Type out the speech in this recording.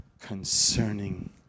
concerning